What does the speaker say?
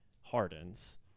Harden's